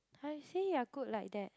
I say you are good like that